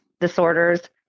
disorders